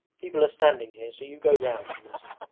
people are standing here, so you go round he muttered,